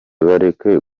bareke